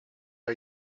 how